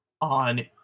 on